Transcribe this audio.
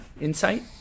insight